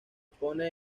expone